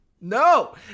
No